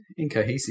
incohesive